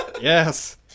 yes